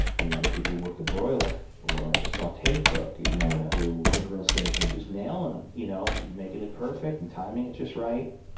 you know the people who work the broiler, or the saute cook, you know or the grill station. who's just nailing them. you know making it perfect, and timing it just right,